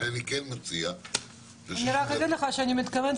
אני כן מציע --- אני רק אגיד לך שאני מתכוונת